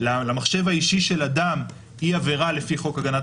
למחשב האישי של אדם היא עבירה לפי חוק הגנת